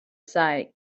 site